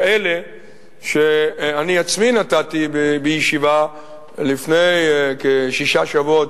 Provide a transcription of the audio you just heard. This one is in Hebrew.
אלה שאני עצמי נתתי בישיבה לפני כשישה שבועות,